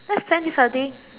let's plan this Saturday